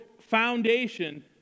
foundation